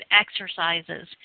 exercises